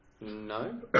no